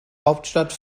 hauptstadt